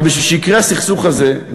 אבל בשביל שיקרה סוף הסכסוך הזה,